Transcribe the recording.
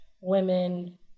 women